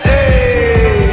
Hey